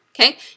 okay